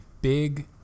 big